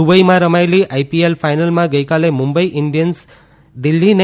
દુબઇમાં રમાયેલી આઇપીએલ ફાયનલમાં ગઇકાલે મુંબઇ ઇન્ડિયન્સે દિલ્હીને